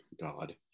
God